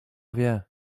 wie